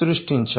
సృష్టించాము